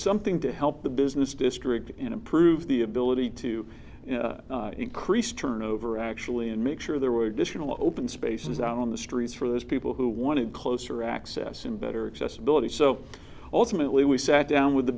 something to help the business district improve the ability to increase turnover actually and make sure there were additional open spaces out on the streets for those people who want to close or access in better access ability so ultimately we sat down with the